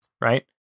Right